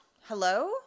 Hello